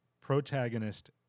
protagonist